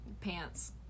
pants